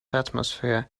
atmosphere